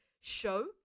show